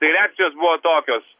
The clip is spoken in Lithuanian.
tai reakcijos buvo tokios